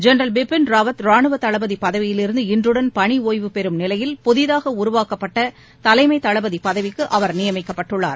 general Bipin Rawat ரானுவ தளபதி பதவியிலிருந்து இன்றுடன் பணி ஒய்வு பெறும் நிலையில் புதிதாக உருவாக்கப்பட்ட தலைமை தளபதி பதவிக்கு அவர் நியமிக்கப்பட்டுள்ளார்